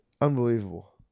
Unbelievable